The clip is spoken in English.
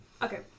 okay